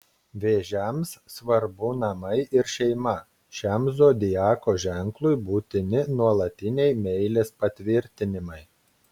vėžiams svarbu namai ir šeima šiam zodiako ženklui būtini nuolatiniai meilės patvirtinimai